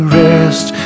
rest